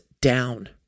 down